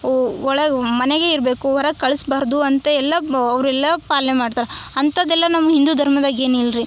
ಓ ಒಳಗೆ ಮನೆಗೆ ಇರಬೇಕು ಹೊರಗೆ ಕಳಿಸ್ಬಾರದು ಅಂತೆ ಎಲ್ಲಾ ಅವರೆಲ್ಲ ಪಾಲನೆ ಮಾಡ್ತಾರೆ ಅಂಥದ್ದೆಲ್ಲ ನಮ್ಮ ಹಿಂದೂ ಧರ್ಮದಾಗ್ ಏನು ಇಲ್ರಿ